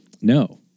no